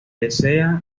desea